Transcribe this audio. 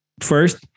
first